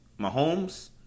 Mahomes